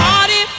Party